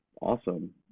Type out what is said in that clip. awesome